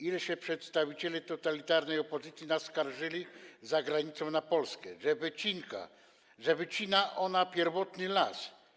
Ile się przedstawiciele totalitarnej opozycji naskarżyli za granicą na Polskę, że wycina ona pierwotny las.